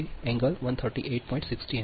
6° એમ્પીયરને સરળ બનાવશે